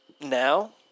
now